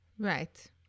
Right